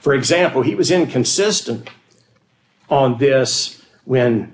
for example he was inconsistent on this when